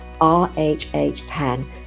RHH10